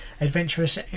adventurous